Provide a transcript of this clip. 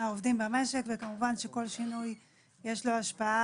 מהעובדים במשק וכמובן שכל שינוי יש לו השפעה